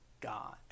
God